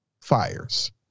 fires